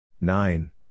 Nine